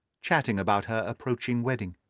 chatting about her approaching wedding.